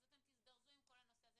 אז אתם תזדרזו עם הנושא הזה.